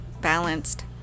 balanced